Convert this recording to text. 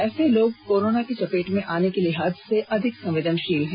ऐसे लोग कोरोना की चपेट में आने के लिहाज से अधिक संवेदनशील हैं